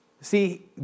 See